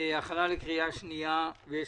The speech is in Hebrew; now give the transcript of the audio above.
הכנה לקריאה שנייה ושלישית.